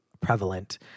prevalent